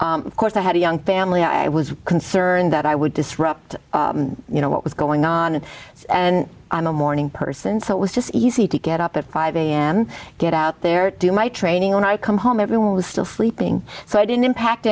end of course i had a young family i was concerned that i would disrupt you know what was going on and i'm a morning person so it was just easy to get up at five am get out there to do my training when i come home everyone was still sleeping so i didn't impact